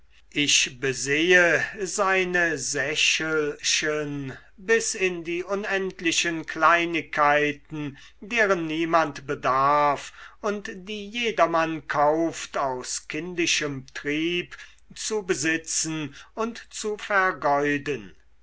ich besehe seine sächelchen bis in die unendlichen kleinigkeiten deren niemand bedarf und die jedermann kauft aus kindischem trieb zu besitzen und zu vergeuden